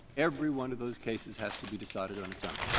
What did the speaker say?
every one of those cases has to be decided on its own,